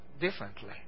differently